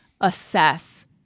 assess